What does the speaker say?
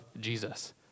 Jesus